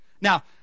now